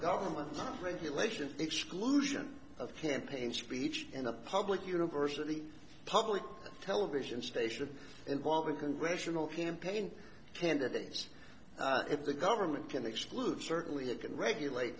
government regulation exclusion of campaign speech in the public universe at the public television station involving congressional campaign candidates if the government can exclude certainly it can regulate